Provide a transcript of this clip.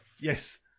Yes